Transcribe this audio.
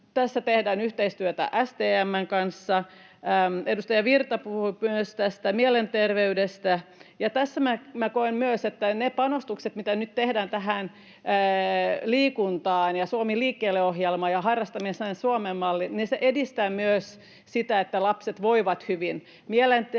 Tässä tehdään yhteistyötä STM:n kanssa. Edustaja Virta puhui myös mielenterveydestä, ja tässä minä koen myös, että ne panostukset, mitä nyt tehdään liikuntaan ja Suomi liikkeelle -ohjelmaan ja Harrastamisen Suomen malliin, edistävät myös sitä, että lapset voivat hyvin. Mielenterveys,